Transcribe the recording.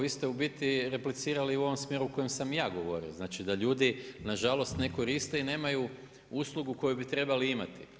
Vi ste u biti replicirali u ovom smjeru u kojem sam i ja govorio, znači da ljudi nažalost ne koriste i nemaju uslugu koju bi trebali imati.